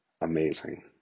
amazing